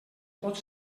pot